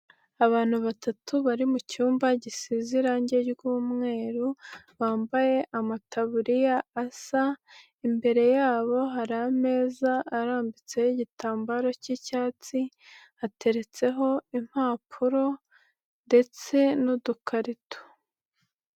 Abantu batatu bari mu cyumba gisize irange ry'umweru bambaye amataburiya asa, imbere yabo hari ameza arambitseho igitambaro k'icyatsi hateretseho impapuro ndetse n'udukarito.